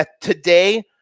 today